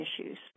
issues